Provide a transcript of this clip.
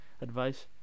advice